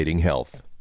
health